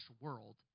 world